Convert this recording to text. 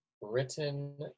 written